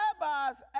rabbis